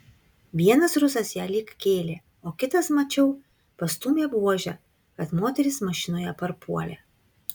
vienas rusas ją lyg kėlė o kitas mačiau pastūmė buože kad moteris mašinoje parpuolė